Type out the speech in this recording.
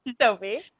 Sophie